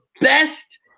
best